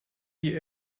die